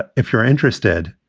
ah if you're interested,